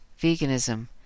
veganism